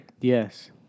Yes